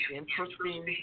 interesting